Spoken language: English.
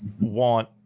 want